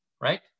right